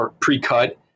pre-cut